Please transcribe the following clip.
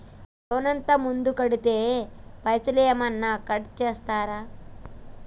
Loan అత్తే ముందే కడితే పైసలు ఏమైనా కట్ చేస్తరా?